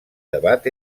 debat